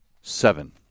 Seven